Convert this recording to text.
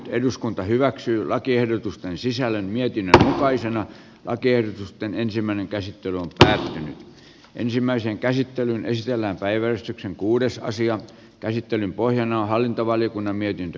eduskunta hyväksyy lakiehdotusten sisällön ja hinattaisiin lakiehdotusten ensimmäinen käsittely on tähdännyt ensimmäisen käsittelyn pohjana on hallintovaliokunnan mietintö